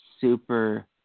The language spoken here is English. super